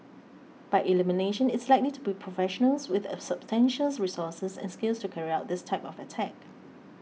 by elimination it's likely to be professionals with substantial resources and skills to carry out this type of attack